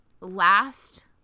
last